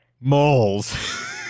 Moles